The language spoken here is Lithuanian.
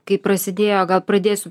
kaip prasidėjo gal pradėsiu